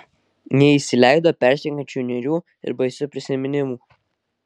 neįsileido persekiojančių niūrių ir baisių prisiminimų